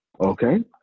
okay